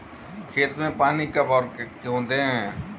खेत में पानी कब और क्यों दें?